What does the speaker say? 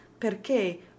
perché